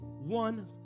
one